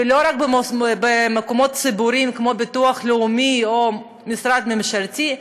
ולא רק במקומות ציבוריים כמו ביטוח לאומי או משרד ממשלתי,